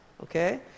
Okay